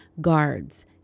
guards